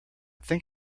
think